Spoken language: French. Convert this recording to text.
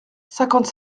cinquante